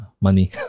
money